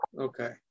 Okay